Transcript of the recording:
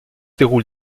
déroule